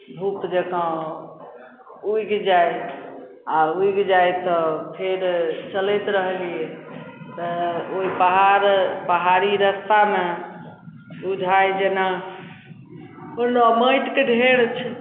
धूप जकाँ उगि जाइ आओर उगि जाइ तऽ फेर चलैत रहलिए तऽ ओहि पहाड़ पहाड़ी रस्तामे बुझाइ जेना ओना माटिके ढेर छै